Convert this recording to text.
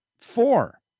Four